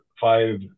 five